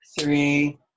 three